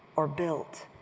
or built,